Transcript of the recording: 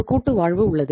ஒரு கூட்டுவாழ்வு உள்ளது